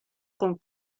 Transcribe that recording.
con